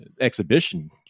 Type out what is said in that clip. Exhibition